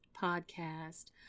podcast